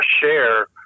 share